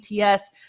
ATS